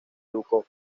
educó